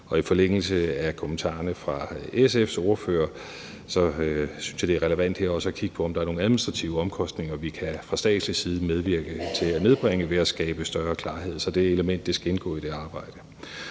I forlængelse af kommentarerne fra SF's ordfører synes jeg, det er relevant her også at kigge på, om der er nogen administrative omkostninger, vi fra statslig side kan medvirke til at nedbringe ved at skabe større klarhed. Så det element skal indgå i det arbejde.